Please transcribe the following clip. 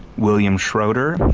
william schroeder,